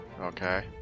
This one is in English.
Okay